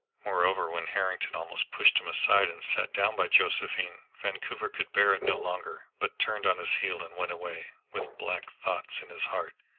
moreover, when harrington almost pushed him aside and sat down by josephine, vancouver could bear it no longer, but turned on his heel and went away, with black thoughts in his heart.